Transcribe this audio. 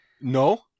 No